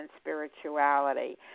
spirituality